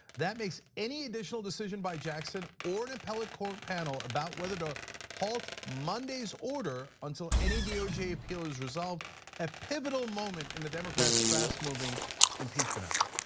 that makes any additional decision by jackson or an appellate court panel about whether to halt monday's order until any doj appeal is resolved a pivotal moment in the democrats' fast-moving impeachment effort.